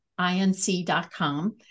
INC.com